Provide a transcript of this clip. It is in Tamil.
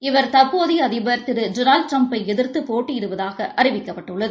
இவர் தற்போதைய தற்போதைய அதிபர் திரு டொனால்டு ட்டிரம்பை எதிர்த்து போட்டியிடுவவதாக அறிவிக்கப்பட்டுள்ளது